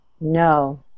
no